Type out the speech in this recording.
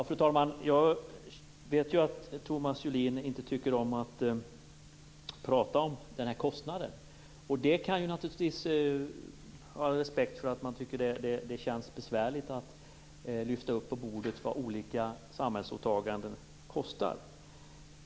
Fru talman! Jag vet att Thomas Julin inte tycker om att prata om kostnaden. Jag kan ha respekt för att man tycker att det är besvärligt när kostnaderna för olika samhällsåtaganden lyfts fram.